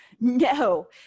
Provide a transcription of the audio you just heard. No